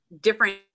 different